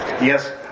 Yes